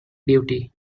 duty